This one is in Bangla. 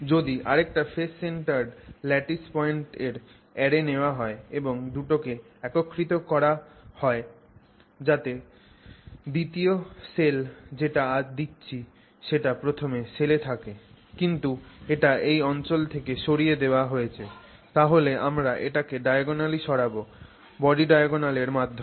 যদি আরেকটা ফেস সেন্টারড ল্যাটিস পয়েন্ট এর অ্যারে নেওয়া হয় এবং দুটোকে একত্রিত করা করা হয় যাতে দ্বিতীয় সেল যেটা দিচ্ছি সেটা প্রথম সেলে ধোকে কিন্তু এটা এই অঞ্চল থেকে সরিয়ে দেওয়া হয়েছে তাহলে আমরা এটাকে diagonally সরাব body diagonal এর মাধ্যমে